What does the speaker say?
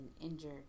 injured